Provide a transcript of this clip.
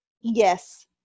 Yes